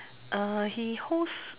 uh he hosts